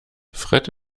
fred